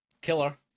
killer